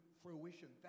fruition